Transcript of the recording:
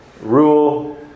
rule